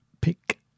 pick